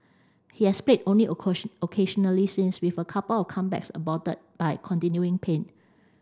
he has played only occasionally since with a couple of comebacks aborted by continuing pain